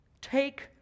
Take